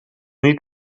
niet